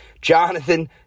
Jonathan